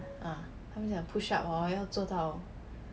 ah 他们讲 push up hor 要做到